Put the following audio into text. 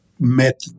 Met